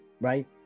right